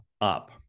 up